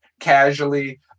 casually